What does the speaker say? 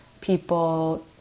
people